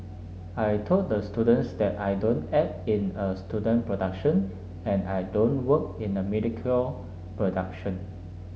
I told the students that I don't act in a student production and I don't work in a mediocre production